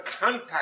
contact